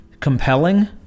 compelling